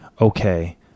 okay